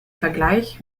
vergleich